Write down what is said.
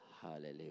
Hallelujah